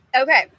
Okay